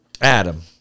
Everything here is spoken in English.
Adam